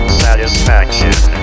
satisfaction